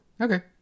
Okay